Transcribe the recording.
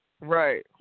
Right